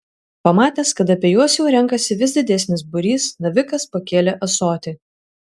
pamatęs kad apie juos jau renkasi vis didesnis būrys navikas pakėlė ąsotį